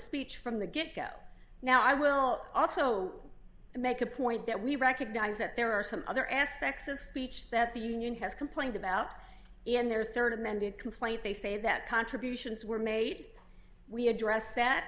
speech from the get go now i will also make a point that we recognize that there are some other aspects of speech that the union has complained about in their rd amended complaint they say that contributions were made we address that